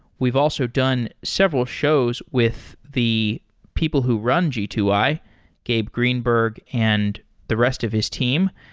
we've also done several shows with the people who run g two i, gabe greenberg, and the rest of his team.